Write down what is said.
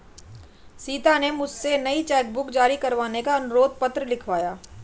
सीता ने मुझसे नई चेक बुक जारी करने का अनुरोध पत्र लिखवाया